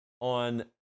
on